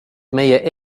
meie